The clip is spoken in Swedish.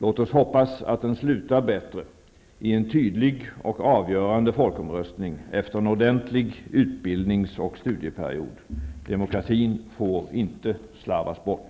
Låt oss hoppas att den slutar bättre, i en tydlig och avgörande folkomröstning efter en ordentlig utbildnings och studieperiod. Demokratin får inte slarvas bort.